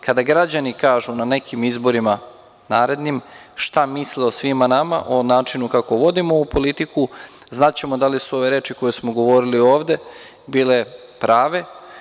Kada građani kažu na nekim narednim izborima šta misle o svima nama, o načinu kako vodimo ovu politiku znaćemo da li su ove reči koje smo govorili ovde bile prave.